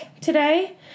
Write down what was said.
today